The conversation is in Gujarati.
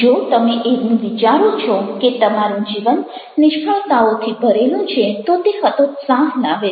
જો તમે એવું વિચારો છો કે તમારું જીવન નિષ્ફળતાઓથી ભરેલું છે તો તે હતોત્સાહ લાવે છે